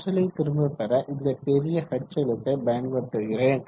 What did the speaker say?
ஆற்றலை திரும்ப பெற இந்த பெரிய H எழுத்தை பயன்படுத்துகிறேன்